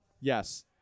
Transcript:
yes